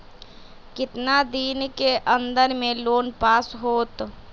कितना दिन के अन्दर में लोन पास होत?